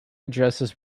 addresses